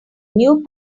new